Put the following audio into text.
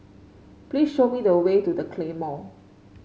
please show me the way to The Claymore